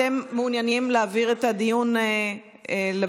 אתם מעוניינים להעביר את הדיון לוועדה?